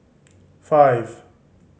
five